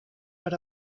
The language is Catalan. per